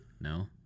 No